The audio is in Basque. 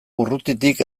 urrutitik